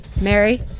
Mary